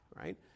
right